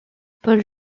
paul